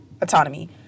autonomy